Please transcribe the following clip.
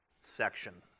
section